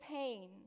pain